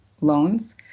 loans